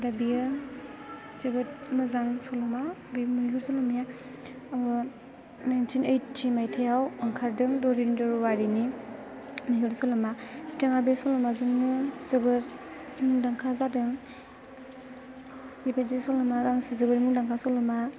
दा बियो जोबोद मोजां सल'मा बे मैहुर सल'माया नाईनतिन ओईति मायथाइयाव ओंखारदों धरनीधर औवारीनि मैहुर सल'मा बिथाङा बे सल'माजोंनो जोबोद मुंदांखा जादों बेबादि सल'मा गांसे जोबोद मुंदांखां सल'मा